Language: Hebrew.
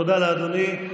תודה לאדוני.